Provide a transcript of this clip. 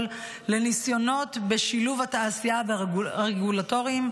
לניסיונות בשילוב התעשייה והרגולטורים,